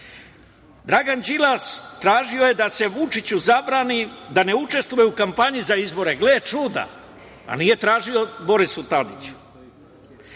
Dragan Đilas tražio je da se Vučiću zabrani da ne učestvuje u kampanji za izbore. Gle čuda, a nije tražio Borisu Tadiću.